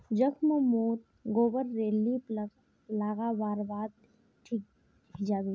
जख्म मोत गोबर रे लीप लागा वार बाद ठिक हिजाबे